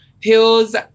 pills